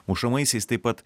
mušamaisiais taip pat